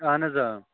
اَہَن حظ آ